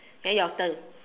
then your turn